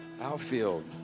Outfield